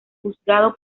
juzgado